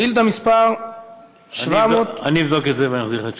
אבדוק את זה ואחזיר לך תשובה.